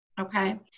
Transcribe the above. okay